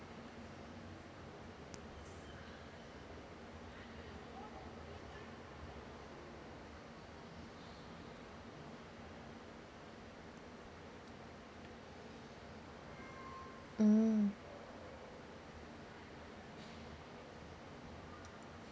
mm